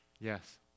Yes